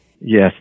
Yes